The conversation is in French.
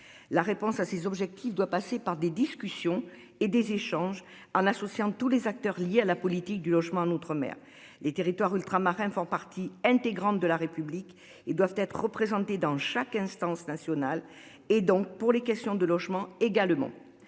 La réponse à ces objectifs doit passer par des discussions et des échanges en associant tous les acteurs liés à la politique du logement en outre-mer des territoires ultramarins font partie intégrante de la République et doivent être représentés dans chaque instance nationale et donc pour les questions de logement également